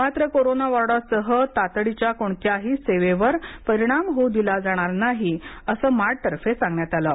मात्र कोरोना वॉर्डसह तातडीच्या कोणत्याही सेवेवर परिणाम होऊ दिला जाणार नाही असे मार्डतर्फे सांगण्यात आले आहे